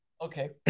okay